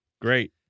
Great